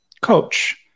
coach